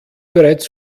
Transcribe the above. bereits